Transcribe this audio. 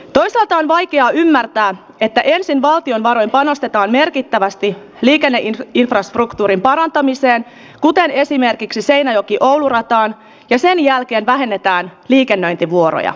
toisaalta on vaikea ymmärtää että jäsenmaa on vain panostetaan merkittävästi ylittäneen infrastruktuurin parantamiseen kuten esimerkiksi seinäjoki oulu rataan ja sen jälkeen vähennetään liikennöintivuoroja